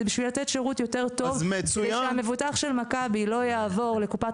זה בשביל לתת שירות טוב ושהמבוטח של מכבי לא יעבור לקופת